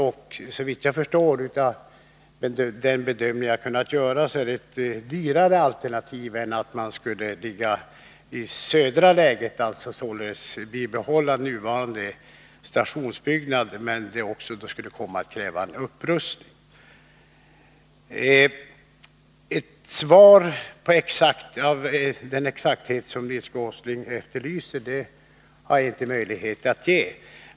Enligt den bedömning jag har kunnat göra är det ett dyrare alternativ än att använda det södra läget, dvs. att bibehålla nuvarande stationsbyggnad, som då skulle komma att kräva en upprustning. Ett svar av den exakthet som Nils Åsling efterlyser har jag inte möjlighet att ge.